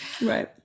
right